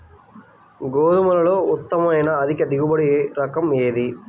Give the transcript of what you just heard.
గోధుమలలో ఉత్తమమైన అధిక దిగుబడి రకం ఏది?